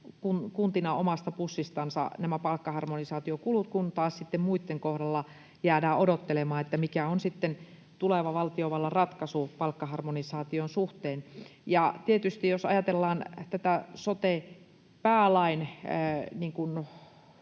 kuntina omasta pussistansa nämä palkkaharmonisaatiokulut, kun taas sitten muitten kohdalla jäädään odottelemaan, mikä on sitten tuleva valtiovallan ratkaisu palkkaharmonisaation suhteen. Ja jos ajatellaan tätä, mikä päälakina